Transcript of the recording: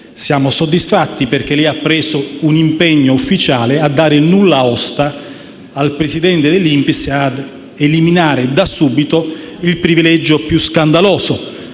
Siamo soddisfatti perché ha preso un impegno ufficiale a dare il nulla osta al presidente dell'INPS per eliminare da subito il privilegio più scandaloso: